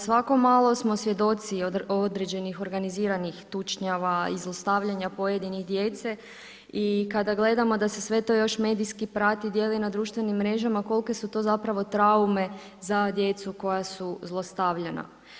Svako malo smo svjedoci određenih organiziranih tučnjava i zlostavljanja pojedine djece i kada gledamo da se sve to još medijski prati, dijeli na društvenim mrežama kolke su to zapravo traume za djecu koja su zlostavljana.